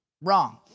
wrong